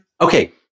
Okay